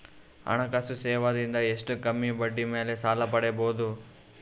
ಹಣಕಾಸು ಸೇವಾ ದಿಂದ ಎಷ್ಟ ಕಮ್ಮಿಬಡ್ಡಿ ಮೇಲ್ ಸಾಲ ಪಡಿಬೋದ?